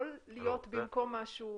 לא להיות במקום משהו.